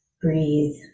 breathe